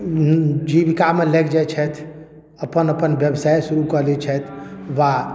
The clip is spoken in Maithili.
जीविकामे लागि जाइत छथि अपन अपन व्यवसाय शुरू कऽ दैत छथि वा